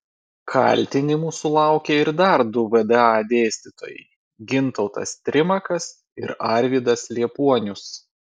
kaltinimų sulaukė ir dar du vda dėstytojai gintautas trimakas ir arvydas liepuonius